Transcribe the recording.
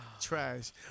Trash